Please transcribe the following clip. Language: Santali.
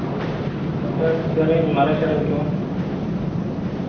ᱵᱟᱠᱷᱮᱬ ᱥᱮᱨᱮᱧ ᱢᱟᱨᱮ ᱥᱮᱨᱮᱧ ᱠᱚ